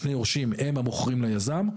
שני היורשים הם המוכרים ליזם,